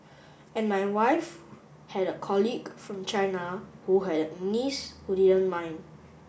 and my wife had a colleague from China who had a niece who didn't mind